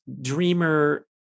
dreamer